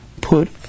put